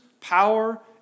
power